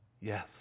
Yes